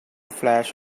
flash